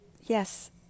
Yes